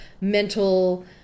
mental